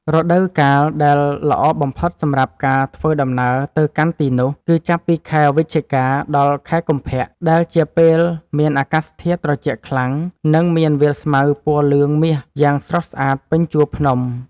រដូវកាលដែលល្អបំផុតសម្រាប់ការធ្វើដំណើរទៅកាន់ទីនោះគឺចាប់ពីខែវិច្ឆិកាដល់ខែកុម្ភៈដែលជាពេលមានអាកាសធាតុត្រជាក់ខ្លាំង និង មានវាលស្មៅពណ៌លឿងមាសយ៉ាងស្រស់ស្អាតពេញជួរភ្នំ។